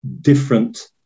different